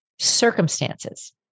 circumstances